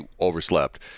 overslept